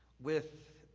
with